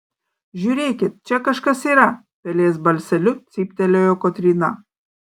žiūrėkit čia kažkas yra pelės balseliu cyptelėjo kotryna